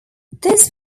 this